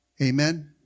Amen